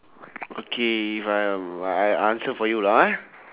okay faham I I answer for you lah ah